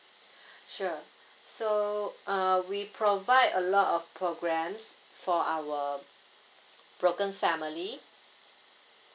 sure so uh we provide a lot of programmes for our broken family